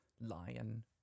lion